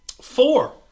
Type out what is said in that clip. four